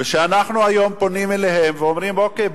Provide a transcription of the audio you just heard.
וכשאנחנו היום פונים אליהם ואומרים: אוקיי,